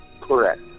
Correct